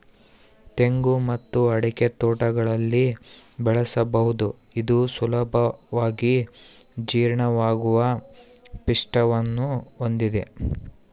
ತೆಂಗು ಮತ್ತು ಅಡಿಕೆ ತೋಟಗಳಲ್ಲಿ ಬೆಳೆಸಬಹುದು ಇದು ಸುಲಭವಾಗಿ ಜೀರ್ಣವಾಗುವ ಪಿಷ್ಟವನ್ನು ಹೊಂದಿದೆ